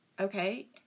okay